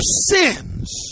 sins